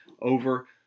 over